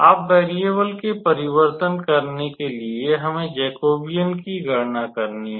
अब वेरियेबल के परिवर्तन करने के लिए हमै जैकोबियन की गणना करनी है